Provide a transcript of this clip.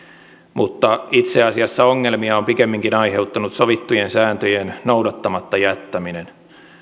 mutta itse asiassa ongelmia on pikemminkin aiheuttanut sovittujen sääntöjen noudattamatta jättäminen